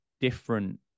different